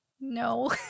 No